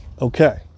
Okay